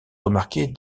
remarquées